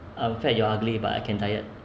I'm fat you're ugly but I can diet